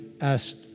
asked